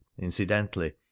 incidentally